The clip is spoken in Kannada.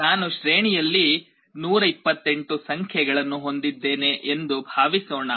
ನಾನು ಶ್ರೇಣಿಯಲ್ಲಿ 128 ಸಂಖ್ಯೆಗಳನ್ನು ಹೊಂದಿದ್ದೇನೆ ಎಂದು ಭಾವಿಸೋಣ